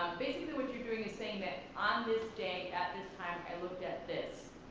basically what you're doing is saying that on this day at this time i looked at this,